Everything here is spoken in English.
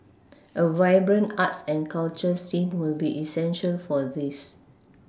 a vibrant arts and culture scene will be essential for this